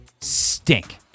stink